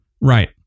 Right